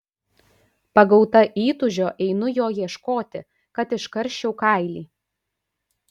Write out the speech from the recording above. pagauta įtūžio einu jo ieškoti kad iškarščiau kailį